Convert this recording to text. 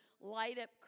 light-up